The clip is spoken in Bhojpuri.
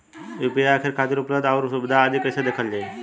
यू.पी.आई खातिर उपलब्ध आउर सुविधा आदि कइसे देखल जाइ?